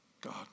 God